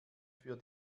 für